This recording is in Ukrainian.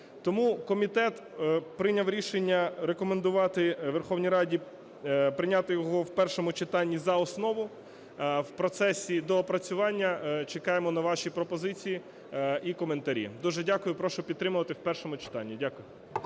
Тому комітет прийняв рішення рекомендувати Верховній Раді прийняти його в першому читанні за основу. В процесі доопрацювання чекаємо на ваші пропозиції і коментарі. Дуже дякую. Прошу підтримати в першому читанні. Дякую.